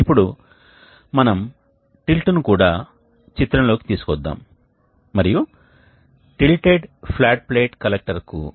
ఇక్కడ మేము రీజెనరేటర్ కోసం ఒక విధమైన చక్రాన్ని కలిగి ఉన్నాము మరియు ఈ చక్రానికి మాతృక ఉంటుంది మనకు స్థిరమైన కోల్డ్ గ్యాస్ పాత్ మరియు హాట్ గ్యాస్ పాత్ ఉన్నాయి